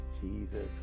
Jesus